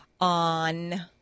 on